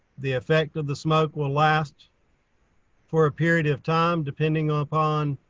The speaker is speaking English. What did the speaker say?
the effect of the smoke will last for a period of time depending ah upon